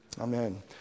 Amen